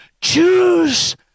Choose